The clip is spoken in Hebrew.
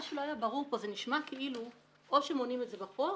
מה שלא היה ברור פה נשמע כאילו או שמונעים את זה בחוק